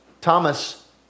Thomas